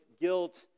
guilt